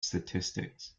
statistics